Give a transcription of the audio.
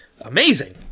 amazing